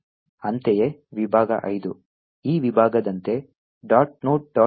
ಅಂತೆಯೇ ವಿಭಾಗ 5 ಈ ವಿಭಾಗದಂತೆ